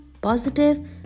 positive